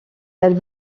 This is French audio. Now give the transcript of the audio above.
elle